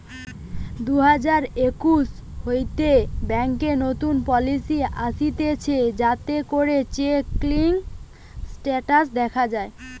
দুই হাজার একুশ হইতে ব্যাংকে নতুন পলিসি আসতিছে যাতে করে চেক ক্লিয়ারিং স্টেটাস দখা যায়